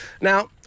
now